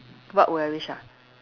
what would I wish ah